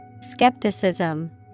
Skepticism